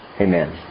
Amen